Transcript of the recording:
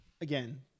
again